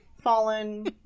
fallen